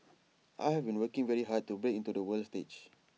I have been working very hard to break into the world stage